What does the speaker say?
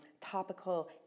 topical